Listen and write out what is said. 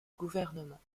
gouvernement